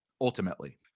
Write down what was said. Ultimately